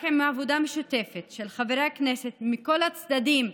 רק עם עבודה משותפת של חברי כנסת מכל הצדדים,